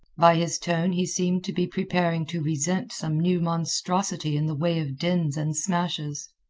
by his tone he seemed to be preparing to resent some new monstrosity in the way of dins and smashes.